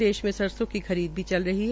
प्रदेश में सरसों की खरीद भी चल रही है